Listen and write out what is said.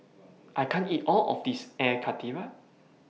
I can't eat All of This Air Karthira